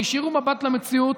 תישירו מבט למציאות,